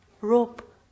Rope